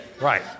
right